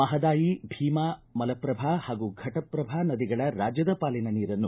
ಮಹದಾಯಿ ಭೀಮಾ ಮಲಪ್ರಭಾ ಹಾಗೂ ಘಟಪ್ರಭಾ ನದಿಗಳ ರಾಜ್ಯದ ಪಾಲಿನ ನೀರನ್ನು